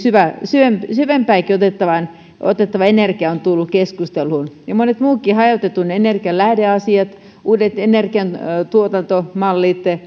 syvempää syvempää otettava energia on tullut keskusteluun ja monista muistakin hajautetun energian lähdeasioista uusista energiantuotantomalleista